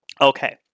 Okay